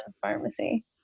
pharmacy